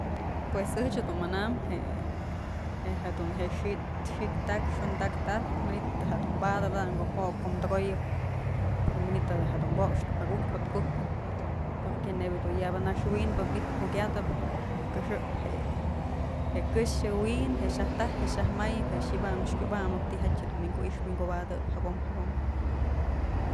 Pues ëch dun manam je'e, je'e jedun xit xiktat xondaktat manytë da'a jedun badëp ko'o mok kom tëkoyëp ora manytë da dun poxnëp akuj jo'ot ku'ujkën porque nëbyë yabë naxwinbë mi'itë jukyatëp këxëp je'e je'e këxë wi'in je'e xaj taj je'e xaj mayëp je'e xi'i bam kubamëp tijatyë dun wi'inkuix wi'inkubadëp jabom jabom.